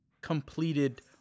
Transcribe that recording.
completed